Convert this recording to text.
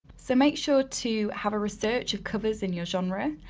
so make sure to have a research of covers in your genre.